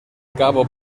cabo